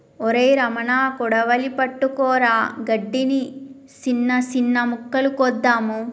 ఒరై రమణ కొడవలి పట్టుకురా గడ్డిని, సిన్న సిన్న మొక్కలు కోద్దాము